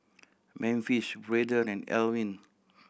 Memphis Braiden and Alwin